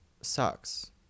sucks